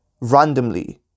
randomly